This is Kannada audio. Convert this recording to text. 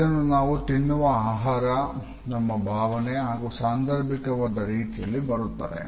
ಇದನ್ನು ನಾವು ತಿನ್ನುವ ಆಹಾರ ನಮ್ಮ ಭಾವನೆ ಹಾಗು ಸಾಂಧರ್ಭಿಕವಾದ ರೀತಿಯಲ್ಲಿ ಬರುತ್ತದೆ